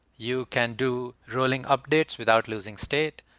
you can do ruling updates without losing state.